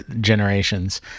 Generations